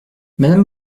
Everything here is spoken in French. madame